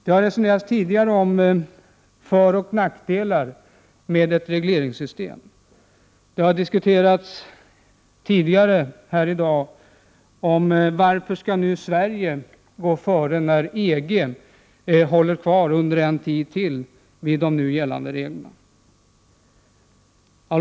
Det har resonerats tidigare om föroch nackdelar med ett regleringssystem, och det har diskuterats tidigare här i dag varför Sverige skall gå före, när EG håller fast vid de nu gällande reglerna en tid till.